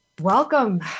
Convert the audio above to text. Welcome